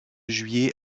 juillet